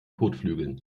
kotflügeln